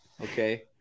Okay